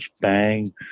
bang